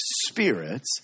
spirits